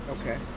Okay